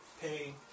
pay